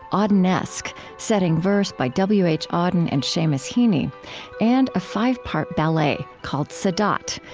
ah audenesque, setting verse by w h. auden and seamus heaney and a five-part ballet called sadat,